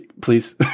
please